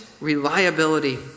reliability